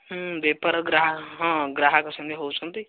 ହୁଁ ବେପାର ଗ୍ରାହ ହଁ ଗ୍ରାହକ ସେମିତି ହେଉଛନ୍ତି